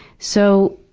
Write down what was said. so,